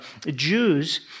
Jews